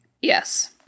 Yes